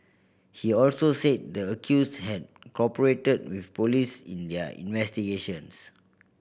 he also said the accused had cooperated with police in their investigations